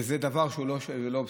זה דבר אבסורדי.